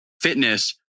fitness